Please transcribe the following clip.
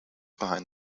behind